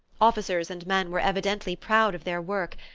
officers and men were evidently proud of their work,